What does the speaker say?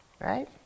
Right